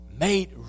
made